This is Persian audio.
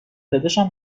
داداشم